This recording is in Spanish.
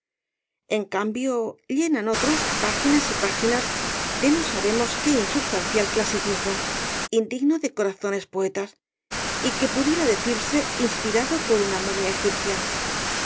en cambio llenan otros páginas y páginas de no sabemos qué insubstancial clasicismo indigno de corazones poetas y que pudiera decirse inspirado por una momia egipcia